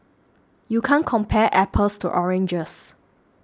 you can't compare apples to oranges